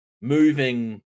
moving